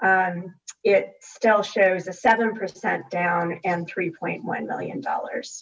is it still shows a seven percent down and three point one million dollars